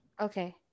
Okay